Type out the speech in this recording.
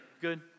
Good